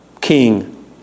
king